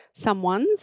someones